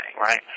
right